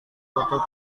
tutup